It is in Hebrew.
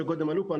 שקודם עלו פה,